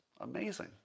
Amazing